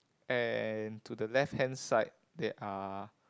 and to the left hand side there are